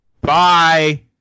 Bye